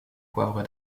poivre